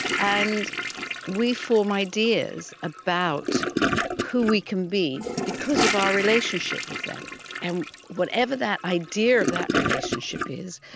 and we form ideas about who we can be because of our relationship with them and whatever that idea of that relationship is,